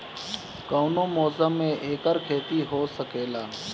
कवनो मौसम में एकर खेती हो सकेला